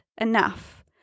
enough